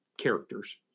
characters